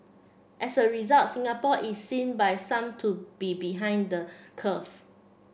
as a result Singapore is seen by some to be behind the curve